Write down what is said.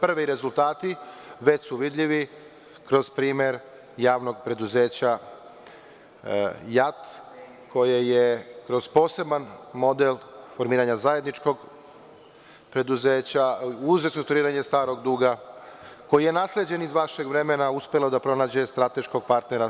Prvi rezultati već su vidljivi kroz primer javnog preduzeća JAT, koje je kroz poseban model formiranja zajedničkog preduzeća, uz restrukturiranje starog duga koji je nasleđen iz vašeg vremena, uspela da nađe strateškog partnera.